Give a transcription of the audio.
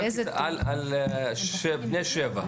על בני שבע.